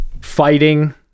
fighting